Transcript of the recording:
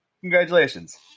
Congratulations